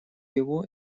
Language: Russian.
его